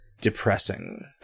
depressing